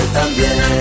también